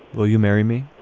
will you marry me